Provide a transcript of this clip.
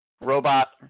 robot